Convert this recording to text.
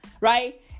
right